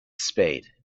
spade